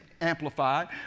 Amplified